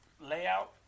layout